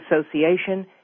Association